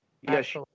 Yes